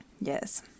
Yes